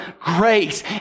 grace